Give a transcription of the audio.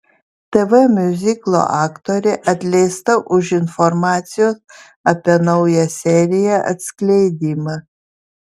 tv miuziklo aktorė atleista už informacijos apie naują seriją atskleidimą